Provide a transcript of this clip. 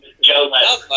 Joe